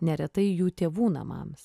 neretai jų tėvų namams